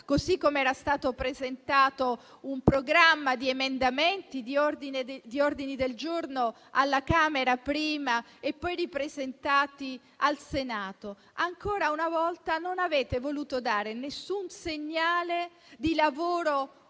che era stato presentato un programma di emendamenti e di ordini del giorno alla Camera, poi ripresentato al Senato. Ancora una volta, non avete voluto dare nessun segnale di lavoro comune